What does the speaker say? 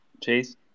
Chase